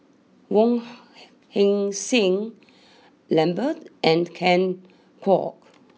Wong Heck sing Lambert and Ken Kwek